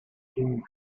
принят